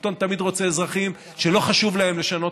שלטון תמיד רוצה אזרחים שלא חשוב להם לשנות